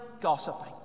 gossiping